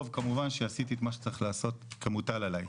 כמובן שעשיתי מה שצריך לעשות כמוטל עלי,